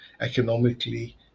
economically